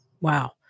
Wow